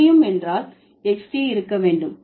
முடியும் என்றால் xd இருக்க வேண்டும்